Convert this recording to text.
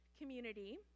community